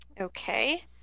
Okay